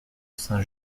saint